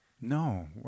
No